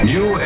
New